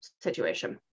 situation